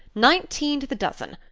nineteen to the dozen,